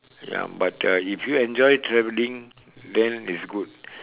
ya but uh if you enjoy traveling then it's good